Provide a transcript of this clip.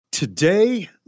Today